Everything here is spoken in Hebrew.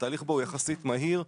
התהליך בו הוא יחסית מהיר,